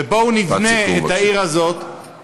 ובואו נבנה את העיר הזאת, משפט סיכום בבקשה.